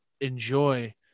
enjoy